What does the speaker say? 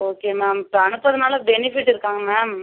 okay ma'am இப்போ அனுப்புறதுனால benefit இருக்காங்க மேம்